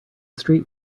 street